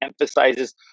emphasizes